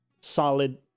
solid